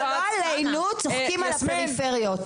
לא עלינו, צוחקים על הפריפריות.